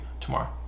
tomorrow